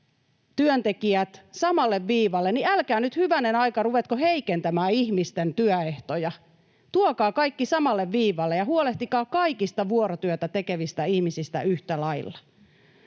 työntekijät samalle viivalle, niin älkää nyt hyvänen aika ruvetko heikentämään ihmisten työehtoja. Tuokaa kaikki samalle viivalle ja huolehtikaa kaikista vuorotyötä tekevistä ihmisistä yhtä lailla.